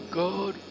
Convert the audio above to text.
god